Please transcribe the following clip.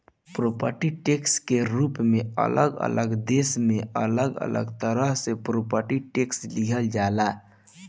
property tax के रूप में अलग अलग देश में अलग अलग तरह से प्रॉपर्टी टैक्स लिहल जाला